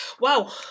Wow